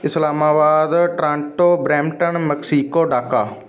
Islamabad Toronto Brampton Mexico Dhaka